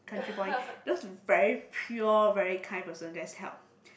country boy those very pure very kind person that's help